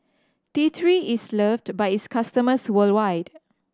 T Three is loved by its customers worldwide